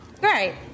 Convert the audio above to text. Great